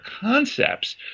concepts